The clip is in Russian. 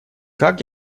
как